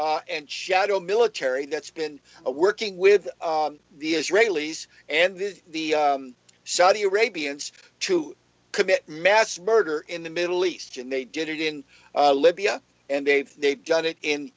and shadow military that's been working with the israelis and the saudi arabians to commit mass murder in the middle east and they did it in libya and they've they've done it in